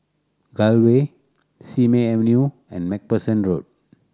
Gul Way Simei Avenue and Macpherson Road